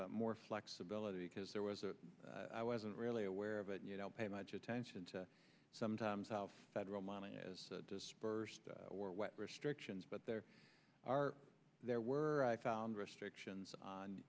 more flexibility because there was a i wasn't really aware of it you don't pay much attention to sometimes how federal money is disbursed or what restrictions but there are there were i found restrictions on